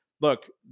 look